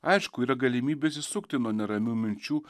aišku yra galimybė išsisukti nuo neramių minčių